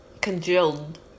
Congealed